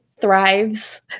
thrives